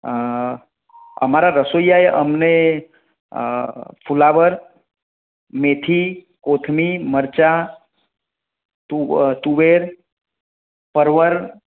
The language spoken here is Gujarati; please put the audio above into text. મારા રસોઈયાએ અમને ફુલાવર મેથી કોથમીર મરચાં તુ અ તુવેર પરવળ